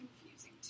confusing